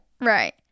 right